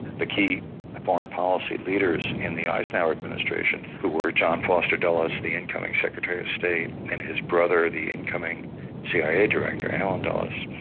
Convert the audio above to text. the key foreign policy leaders in the eisenhower administration who were john foster dulles, the incoming secretary of state, and his brother, the incoming cia director, alan dulles.